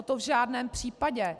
To v žádném případě.